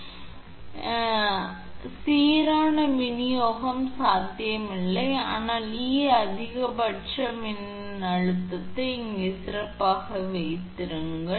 எனவே இல்லை என்றாலும் கொஞ்சம் உள்ளது ஆனால் சீரான விநியோகம் சாத்தியமில்லை ஆனால் இந்த E அதிகபட்சம் மின் மின்னழுத்தத்தை இங்கேயே சிறப்பாக வைத்திருங்கள்